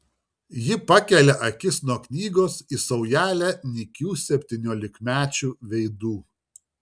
ji pakelia akis nuo knygos į saujelę nykių septyniolikmečių veidų